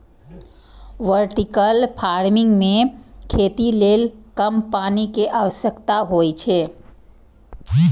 vertical farming मे खेती लेल कम पानि के आवश्यकता होइ छै